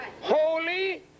holy